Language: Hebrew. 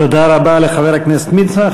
תודה רבה לחבר הכנסת מצנע.